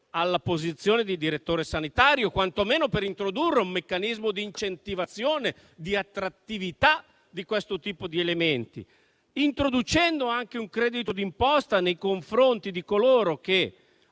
alla posizione di direttore sanitario, quantomeno per introdurre un meccanismo di incentivazione e di attrattività di questo tipo di elementi. Si proponeva altresì di introdurre un credito d'imposta nei confronti di coloro che